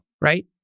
right